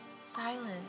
silence